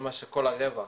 כל הרווח